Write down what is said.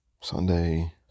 Sunday